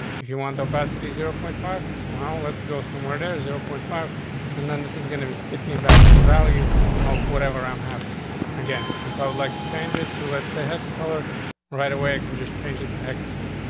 if you want capacity zero point five well, let's go somewhere there is zero point five and then this is going to respect me back some value off. whatever i'm having again. if i would like to change it to let's ah ahead color right away, i can just change it to hex color.